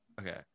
Okay